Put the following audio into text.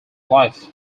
life